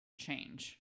change